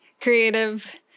creative